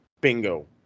Bingo